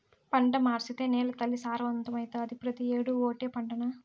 పంట మార్సేత్తే నేలతల్లి సారవంతమైతాది, పెతీ ఏడూ ఓటే పంటనా